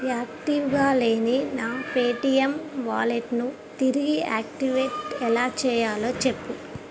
యాక్టివ్గా లేని నా పేటిఎం వాలెట్ను తిరిగి యాక్టివేట్ ఎలా చేయాలో చెప్పుము